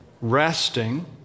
resting